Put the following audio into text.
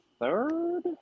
third